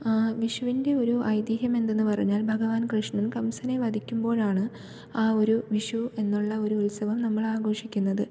വിഷുവിൻ്റെ ഒരു ഐതിഹ്യം എന്തെന്ന് പറഞ്ഞാൽ ഭഗവാൻ കൃഷ്ണൻ കംസനെ വധിക്കുമ്പോഴാണ് ആ ഒരു വിഷു എന്നുള്ള ഒരു ഉത്സവം നമ്മൾ ആഘോഷിക്കുന്നത്